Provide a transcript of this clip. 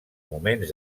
moments